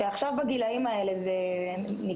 שעכשיו בגילאים האלה זה חוזר,